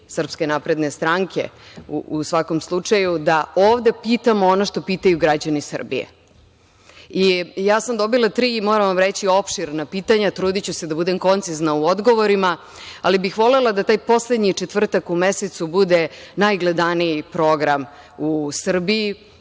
a sada znam da to rade i poslanici SNS, da ovde pitam ono što pitaju građani Srbije. Dobila sam tri, moram vam reći, opširna pitanja. Trudiću se da budem koncizna u odgovorima, ali bih volela da taj poslednji četvrtak u mesecu bude najgledaniji program u Srbiji